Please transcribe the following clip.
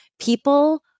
People